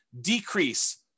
decrease